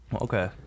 okay